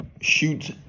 shoot